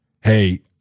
hey